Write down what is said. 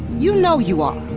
you know you are.